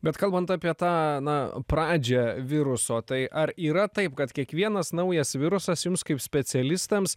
bet kalbant apie tą na pradžią viruso tai ar yra taip kad kiekvienas naujas virusas jums kaip specialistams